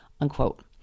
unquote